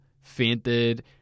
fainted